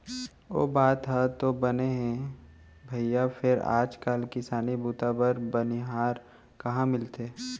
ओ बात ह तो बने हे भइया फेर आज काल किसानी बूता बर बनिहार कहॉं मिलथे?